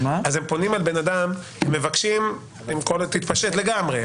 אז הם פונים לבן אדם ומבקשים ממנו להתפשט לגמרי.